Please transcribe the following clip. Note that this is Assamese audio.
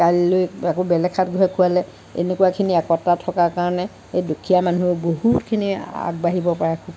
কাইলৈ আকৌ বেলেগ সাত ঘৰে খুৱালে এনেকুৱাখিনি একতা থকাৰ কাৰণে এই দুখীয়া মানুহ বহুতখিনি আগবাঢ়িব পাৰে